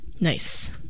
Nice